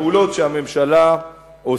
ובפני הציבור את הפעולות שהממשלה עושה